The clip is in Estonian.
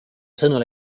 sõnul